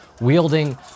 wielding